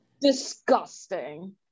Disgusting